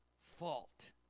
fault